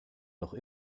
noch